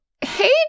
Hey